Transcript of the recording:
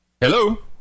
Hello